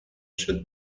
shut